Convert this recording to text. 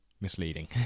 misleading